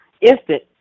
instant